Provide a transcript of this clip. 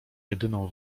jedyną